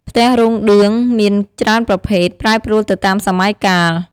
ផ្ទះរោងឌឿងមានច្រើនប្រភេទ ប្រែប្រួលទៅតាមសម័យកាល។